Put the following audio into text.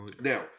Now